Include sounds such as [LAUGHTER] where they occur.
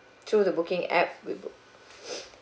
through the booking app we book [BREATH]